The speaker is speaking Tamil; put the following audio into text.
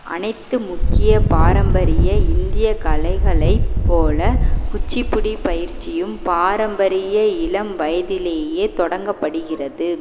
அனைத்து முக்கிய பாரம்பரிய இந்திய கலைகளைப் போல் குச்சிப்புடி பயிற்சியும் பாரம்பரிய இளம் வயதிலேயே தொடங்கப்படுகிறது